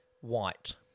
White